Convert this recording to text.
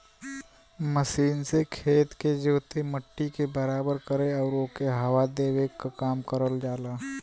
machine से खेत के जोते, मट्टी के बराबर करे आउर ओके हवा देवे क काम करल जाला